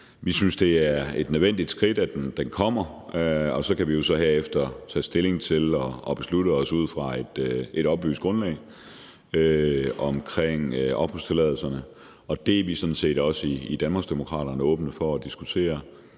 Vi synes, det er et nødvendigt skridt, at den kommer, og så kan vi jo så herefter tage stilling og beslutte os ud fra et oplyst grundlag omkring opholdstilladelserne. Og det er vi sådan set også i Danmarksdemokraterne åbne for at diskutere;